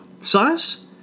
size